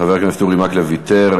חבר הכנסת אורי מקלב ויתר.